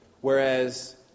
whereas